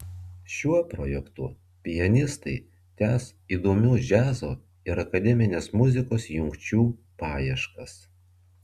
šiuo projektu pianistai tęs įdomių džiazo ir akademinės muzikos jungčių paieškas